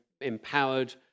empowered